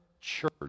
Church